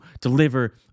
deliver